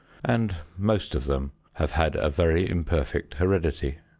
and most of them have had a very imperfect heredity.